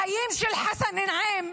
החיים של חסן, נעים,